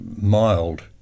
mild